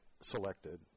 selected